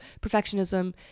perfectionism